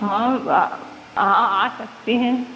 हाँ आ आ सकते हैं